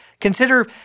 Consider